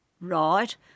Right